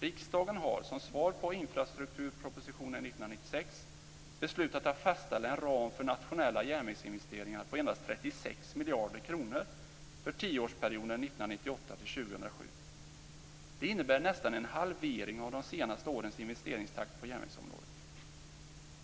Riksdagen har, som svar på infrastrukturpropositionen 1996, beslutat att fastställa en ram för nationella järnvägsinvesteringar på endast 36 miljarder kronor för tioårsperioden 1998-2007. Det innebär nästan en halvering av de senaste årens investeringstakt på järnvägsområdet.